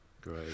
Great